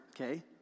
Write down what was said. Okay